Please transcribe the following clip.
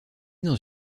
dans